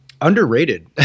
underrated